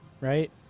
Right